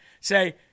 Say